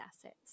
assets